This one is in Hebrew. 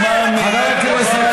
למען מר גבאי,